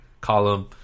column